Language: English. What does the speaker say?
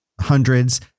hundreds